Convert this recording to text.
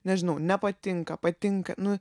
nežinau nepatinka patinka nu